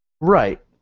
Right